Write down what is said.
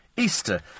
Easter